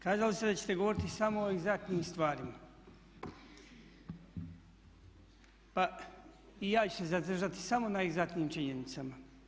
Kazali ste da ćete govoriti samo o egzaktnim stvarima, pa i ja ću se zadržati samo na egzaktnim činjenicama.